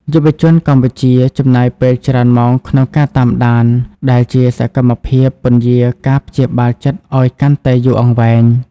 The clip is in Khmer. យុវជនកម្ពុជាចំណាយពេលច្រើនម៉ោងក្នុងការ "តាមដាន" ដែលជាសកម្មភាពពន្យារការព្យាបាលចិត្តឱ្យកាន់តែយូរអង្វែង។